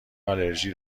آلرژی